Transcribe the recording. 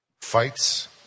fights